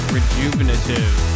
Rejuvenative